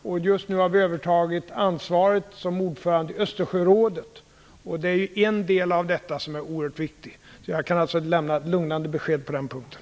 Just nu har vi övertagit ansvaret som ordförande i Östersjörådet. Det är en del av detta som är oerhört viktig. Jag kan alltså lämna ett lugnande besked på den punkten.